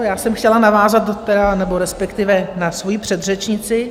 Já jsem chtěla navázat tedy... nebo respektive na svoji předřečnici.